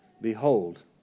behold